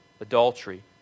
adultery